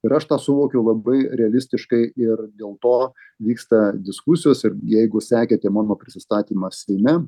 ir aš tą suvokiau labai realistiškai ir dėl to vyksta diskusijos ir jeigu sekėte mano prisistatymą seime